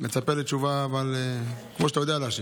אני מצפה לתשובה, אבל כמו שאתה יודע להשיב.